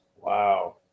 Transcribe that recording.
Wow